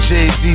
Jay-Z